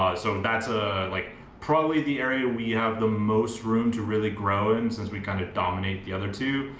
so that's ah like probably the area we have the most room to really grow in since we kinda kind of dominate the other two.